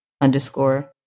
underscore